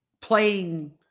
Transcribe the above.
playing